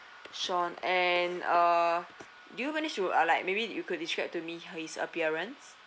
sean and uh did you managed to uh like maybe you could describe to me her his appearance